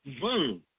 boom